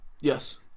Yes